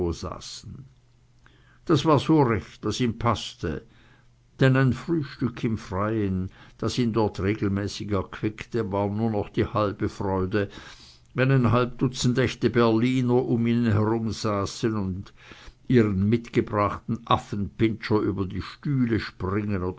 das war so recht was ihm paßte denn sein frühstück im freien was ihn dort regelmäßig erquickte war nur noch die halbe freude wenn ein halb dutzend echte berliner um ihn herumsaßen und ihren mitgebrachten affenpinscher über die stühle springen